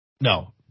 No